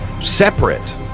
separate